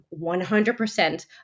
100%